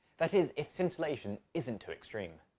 that is if scintillation isn't too extreme.